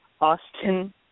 Austin